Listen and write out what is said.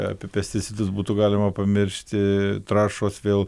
apie pesticidus būtų galima pamiršti trąšos vėl